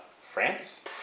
France